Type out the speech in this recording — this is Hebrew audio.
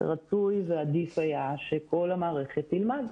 שרצוי ועדיף היה שכל המערכת תלמד.